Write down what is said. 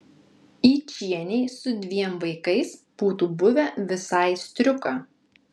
yčienei su dviem vaikais būtų buvę visai striuka